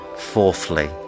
Fourthly